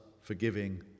forgiving